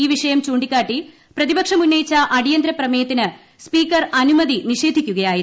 ഈ വിഷയം ചൂണ്ടിക്കാട്ടി പ്രതിപക്ഷം ഉന്നയിച്ച അടിയന്തരപ്രമേയത്തിന് സ്പീക്കർ അനുമതി നിഷേധിക്കുകയായിരുന്നു